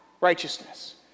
righteousness